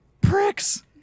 Pricks